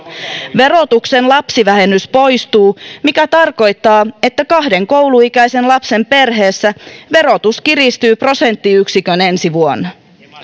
verotuksen lapsivähennys poistuu mikä tarkoittaa että kahden kouluikäisen lapsen perheessä verotus kiristyy prosenttiyksikön ensi vuonna